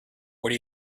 what